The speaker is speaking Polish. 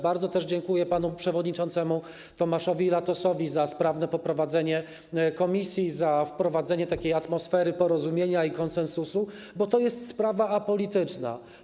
Bardzo też dziękuję panu przewodniczącemu Tomaszowi Latosowi za sprawne poprowadzenie komisji, za wprowadzenie takiej atmosfery porozumienia i konsensusu, bo to jest sprawa apolityczna.